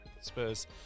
Spurs